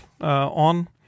on